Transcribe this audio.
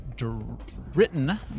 Written